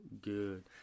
good